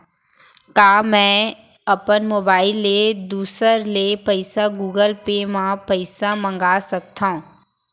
का मैं अपन मोबाइल ले दूसर ले पइसा गूगल पे म पइसा मंगा सकथव?